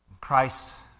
Christ